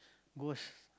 ghost